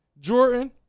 Jordan